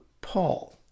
Paul